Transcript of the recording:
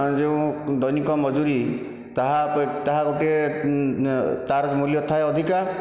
ଯେଉଁ ଦୈନିକ ମଜୁରି ତାହା ଉପେ ତାହା ଗୋଟିଏ ତାର ମୂଲ୍ୟ ଥାଏ ଅଧିକ